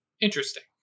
Interesting